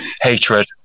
hatred